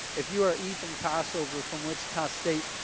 if you're ethan kossover from wichita state,